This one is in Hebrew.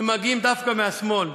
הם מגיעים דווקא מהשמאל,